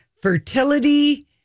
Fertility